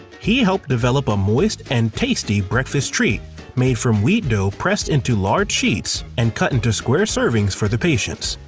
he helped develop a moist and tasty breakfast treat made from wheat dough pressed into large sheets and cut into square servings for the patients.